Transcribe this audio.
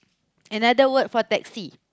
another word for taxi